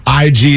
IG